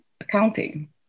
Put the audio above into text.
accounting